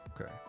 okay